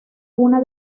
una